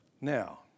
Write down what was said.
Now